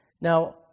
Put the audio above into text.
Now